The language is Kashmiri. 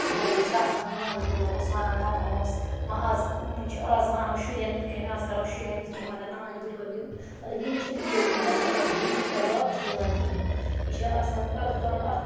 صُبحٲے ٲسۍ وۄتھان نانۍ بٕڈبَب اوس وَنان دَپان اوس وۄنۍ آز وۄنۍ چھِ آز وَنو شُرٮ۪ن یِتھ کٕنۍ آز کَرو شُرٮ۪ن یِتھ کٕنۍ مَگر نانۍ بٕڈبَب یِم مَطلَب یِم چھِنہٕ اوورٕ یِوان ییٚلہِ گَژھان یِم چھِنہٕ پَتہٕ واپَس یِوان کِہیٖنۍ یہِ چھُ آسان اَللّہ تعالٰہَن اَکھ